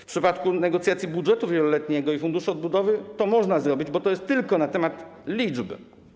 W przypadku negocjacji budżetu wieloletniego i Funduszu Odbudowy to można zrobić, bo chodzi tylko o liczby.